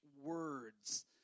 words